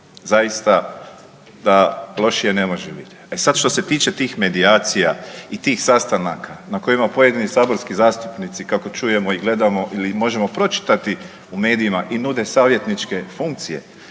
Zaista da lošije ne može biti. E sad što se tiče tih medijacija i tih sastanaka na kojima pojedini saborski zastupnici kako čujemo i gledamo ili možemo pročitati u medijima i nude savjetničke funkcije